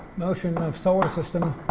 motion of solar system